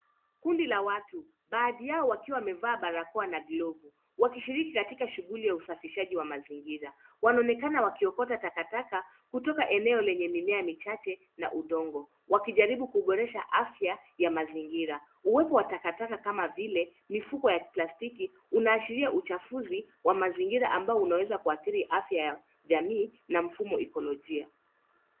Kundi la watu baadhi yao wakiwa wamevaa barakoa na glavuwakishiriki katika shughuli ya usafishaji ya mazingira. Wanaonekana wakiota takataka kutoka eneo lenye mimea michache na udongo. Wakijaribu kuboresha afya ya mazingira. Uwepo wa takataka kama vile mifuko ya plastiki unaashiria uchafuzi wa mazingira ambao unaweza kuadhiri afya ya jamii na mfumo ikolojia.